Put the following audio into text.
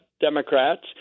Democrats